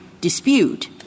dispute